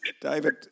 David